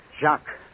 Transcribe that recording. Jacques